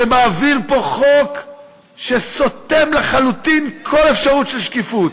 שעובר פה חוק שסותם לחלוטין כל אפשרות של שקיפות.